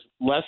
less